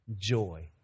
joy